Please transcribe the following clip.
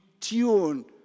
tune